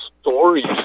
stories